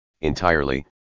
entirely